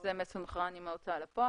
זה מסונכרן עם ההוצאה לפועל,